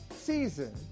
season